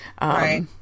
Right